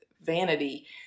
vanity